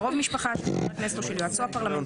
"קרוב משפחה של חבר הכנסת או של יועצו הפרלמנטרי,